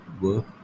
work